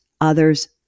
others